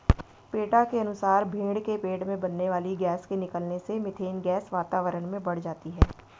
PETA के अनुसार भेंड़ के पेट में बनने वाली गैस के निकलने से मिथेन गैस वातावरण में बढ़ जाती है